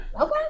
okay